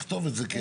תכתוב את זה.